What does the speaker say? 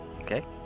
Okay